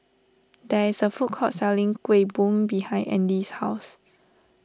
there is a food court selling Kuih Bom behind andy's house